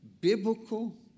Biblical